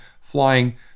flying